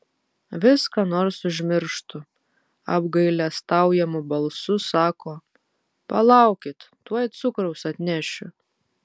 vis ką nors užmirštu apgailestaujamu balsu sako palaukit tuoj cukraus atnešiu